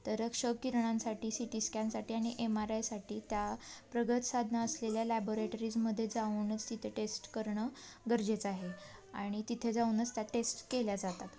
तर क्षकिरणांसाठी C T स्कॅनसाठी आणि एम आर आयसाठी त्या प्रगत साधनं असलेल्या लॅबोरेटरीजमध्ये जाऊनच तिथे टेस्ट करणं गरजेचं आहे आणि तिथे जाऊनच त्या टेस्ट केल्या जातात